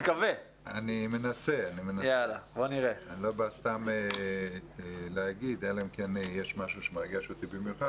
אני לא בא סתם לדבר אלא אם כן יש משהו שמרגש אותי במיוחד